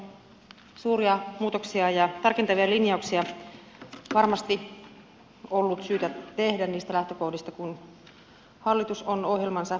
tässä on suuria muutoksia ja tarkentavia linjauksia varmasti on ollut syytä tehdä niistä lähtökohdista kun hallitus on ohjelmansa kirjannut